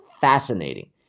fascinating